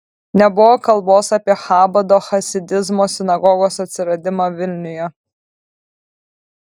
nebuvo kalbos apie chabado chasidizmo sinagogos atsiradimą vilniuje